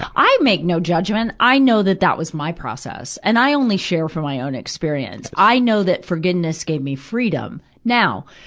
i make no judgment i know that that was my process. and i only share from my own experience. i know that forgiveness gave me freedom. now,